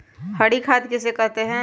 हरी खाद किसे कहते हैं?